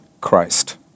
Christ